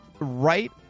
Right